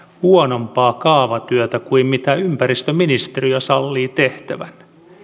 huonompaa kaavatyötä kuin mitä ympäristöministeriö sallii tehtävän